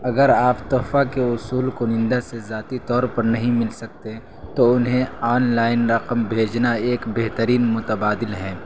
اگر آپ تحفہ کے وصول کنندہ سے ذاتی طور پر نہیں مل سکتے تو انہیں آن لائن رقم بھیجنا ایک بہترین متبادل ہے